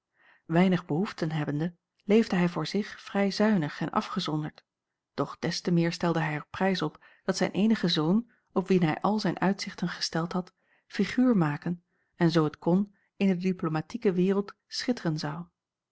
weinig behoeften hebbende leefde hij voor zich vrij zuinig en afgezonderd doch des te meer stelde hij er prijs op dat zijn eenige zoon op wien hij al zijn uitzichten gesteld had figuur maken en zoo het kon in de diplomatieke wereld schitteren zou